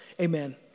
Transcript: Amen